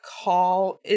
call –